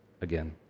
again